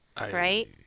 Right